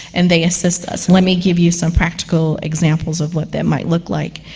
and they assist us. let me give you some practical examples of what that might look like.